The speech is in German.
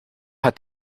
hat